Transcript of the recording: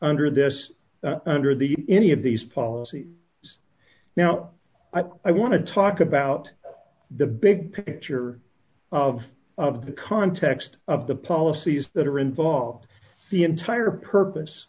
under this under the any of these policies so now i want to talk about the big picture of of the context of the policies that are involved the entire purpose